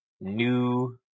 new